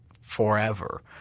forever